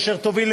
אשר תוביל,